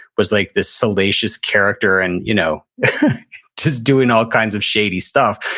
was like this salacious character and you know just doing all kinds of shady stuff.